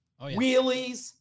wheelies